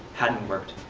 hadn't worked.